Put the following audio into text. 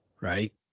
right